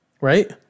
right